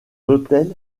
hôtels